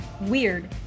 weird